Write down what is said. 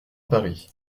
paris